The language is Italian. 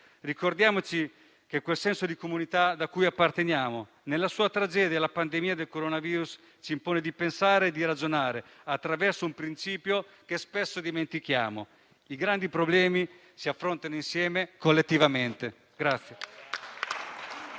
Ricordiamoci quel senso di comunità a cui apparteniamo. Nella sua tragedia, la pandemia del coronavirus ci impone di pensare e di ragionare attraverso un principio che spesso dimentichiamo: i grandi problemi si affrontano insieme, collettivamente.